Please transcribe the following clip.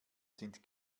sind